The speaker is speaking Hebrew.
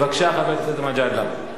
בבקשה, חבר הכנסת מג'אדלה.